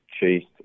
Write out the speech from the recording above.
chased